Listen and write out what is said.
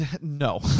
No